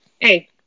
Hey